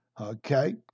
okay